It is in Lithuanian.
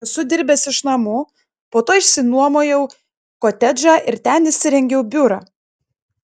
esu dirbęs iš namų po to išsinuomojau kotedžą ir ten įsirengiau biurą